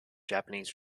japanese